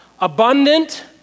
abundant